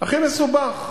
הכי מסובך.